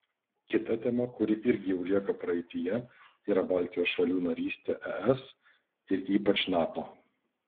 kita tema kuri irgi jau lieka praeityje yra baltijos šalių narystė es ir ypač nato